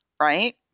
right